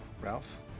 Ralph